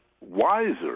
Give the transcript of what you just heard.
wiser